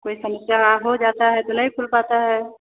कोई समस्या हो जाता है तो नहीं खुल पाता है